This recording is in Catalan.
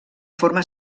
forma